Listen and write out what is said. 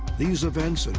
these events, and